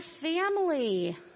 family